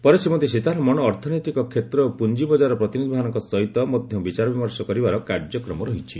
ପରେ ଶ୍ରୀମତୀ ସୀତାରମଣ ଅର୍ଥନୈତିକ ଷେତ୍ର ଓ ପୁଞ୍ଜିବଜାରର ପ୍ରତିନିଧିମାନଙ୍କ ସହିତ ମଧ୍ୟ ବିଚାରବିମର୍ଶ କରିବାର କାର୍ଯ୍ୟକ୍ରମ ରହିଛି